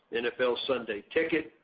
nfl sunday ticket,